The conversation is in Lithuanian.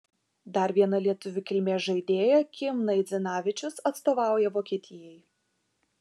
dar viena lietuvių kilmės žaidėja kim naidzinavičius atstovauja vokietijai